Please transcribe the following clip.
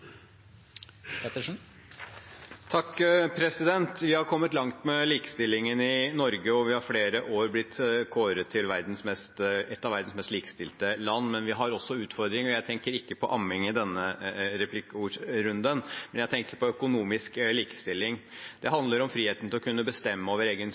Pettersen. Vi har kommet langt med likestillingen i Norge, og vi har flere år blitt kåret til et av verdens mest likestilte land. Men vi har også utfordringer, og jeg tenker ikke på amming i dette replikkordskiftet. Jeg tenker på økonomisk likestilling. Det handler om friheten til å kunne bestemme over egen